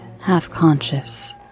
half-conscious